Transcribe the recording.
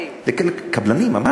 קבלנים, אמרתי.